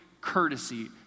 courtesy